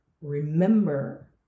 remember